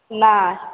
नहि